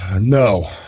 No